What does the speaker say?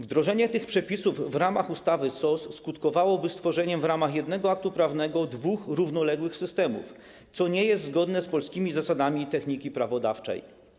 Wdrożenie tych przepisów w ramach ustawy SOZ skutkowałoby stworzeniem w ramach jednego aktu prawnego dwóch równoległych systemów, co nie jest zgodne z polskimi zasadami techniki prawodawczej.